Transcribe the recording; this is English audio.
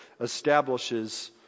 establishes